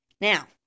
now